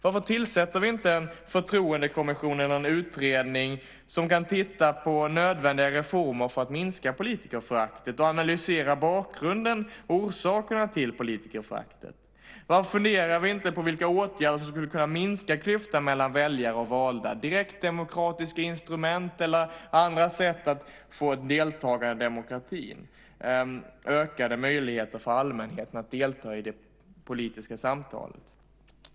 Varför tillsätter vi inte en förtroendekommission eller en utredning som kan titta på nödvändiga reformer för att minska politikerföraktet och analysera bakgrunden och orsakerna till politikerföraktet? Varför funderar vi inte på åtgärder som skulle kunna minska klyftan mellan väljare och valda, på direktdemokratiska instrument eller andra sätt för att få ett deltagande i demokratin, på ökade möjligheter för allmänheten att delta i det politiska samtalet?